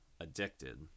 addicted